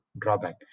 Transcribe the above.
drawback